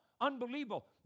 unbelievable